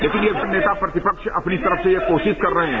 लेकिन ये नेता प्रतिपक्ष अपनी तरफ से यह कोशिश कर रहे हैं